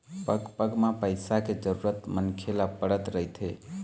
पग पग म पइसा के जरुरत मनखे ल पड़त रहिथे